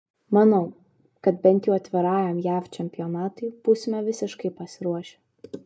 manau kad bent jau atvirajam jav čempionatui būsime visiškai pasiruošę